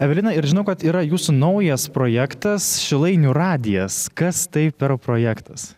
evelina ir žinau kad yra jūsų naujas projektas šilainių radijas kas tai per projektas